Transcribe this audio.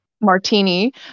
martini